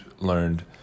learned